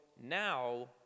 now